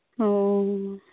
ᱦᱳᱭ